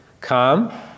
come